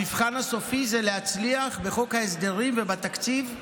המבחן הסופי הוא להצליח בחוק ההסדרים ובתקציב,